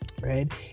right